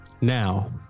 Now